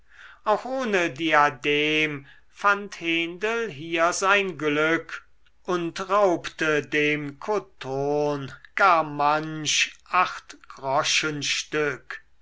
auch ohne diadem fand hendel hier sein glück und raubte dem kothurn gar manch achtgroschenstück